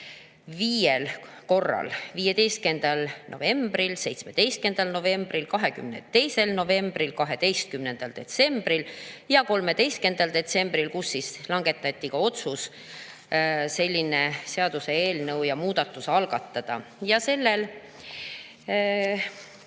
viiel korral: 15. novembril, 17. novembril, 22. novembril, 12. detsembril, ja 13. detsembril, kui langetati ka otsus selline seaduseelnõu ja muudatus algatada. Sellel